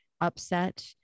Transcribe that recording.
upset